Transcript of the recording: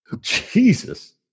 Jesus